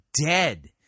dead